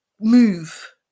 Move